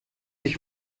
ich